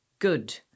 good